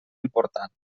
important